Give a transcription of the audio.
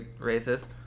racist